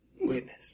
Witness